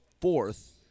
fourth